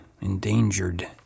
endangered